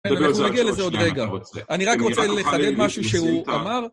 אנחנו נגיע לזה עוד רגע. אני רק רוצה לחדד משהו שהוא אמר.